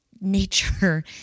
nature